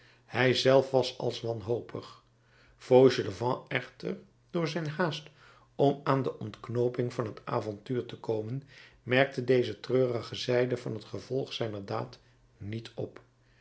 hij zelf was als wanhopig fauchelevent echter door zijn haast om aan de ontknooping van het avontuur te komen merkte deze treurige zijde van het gevolg zijner daad niet op